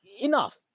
enough